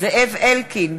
זאב אלקין,